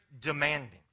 demanding